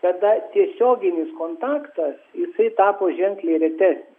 tada tiesioginis kontaktas jisai tapo ženkliai retesnis